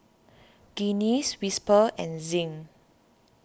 Guinness Whisper and Zinc